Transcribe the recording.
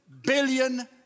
billion